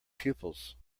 pupils